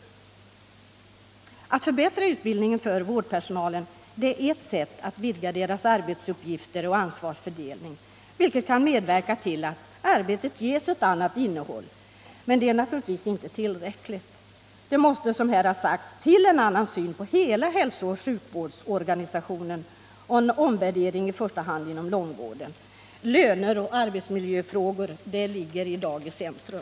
Att förbättra utbildningen för vårdpersonalen är ett sätt att vidga arbetsuppgifterna och ansvarsfördelningen, vilket kan medverka till att arbetet ges ett annat innehåll. Men det är naturligtvis inte tillräckligt. Det måste, som här har sagts, till en annan syn på hela hälsooch sjukvårdsorganisationen och en omvärdering i första hand inom långvården. Löner och arbetsmiljöfrågor står i dag i centrum.